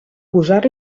posar